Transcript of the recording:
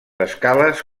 escales